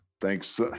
Thanks